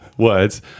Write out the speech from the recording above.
Words